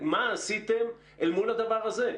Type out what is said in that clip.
מה עשיתם אל מול הדבר הזה.